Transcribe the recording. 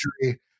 history